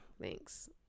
Thanks